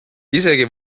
isegi